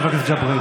חבר הכנסת ג'בארין.